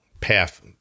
path